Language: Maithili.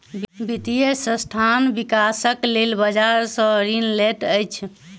वित्तीय संस्थान, विकासक लेल बजार सॅ ऋण लैत अछि